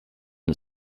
and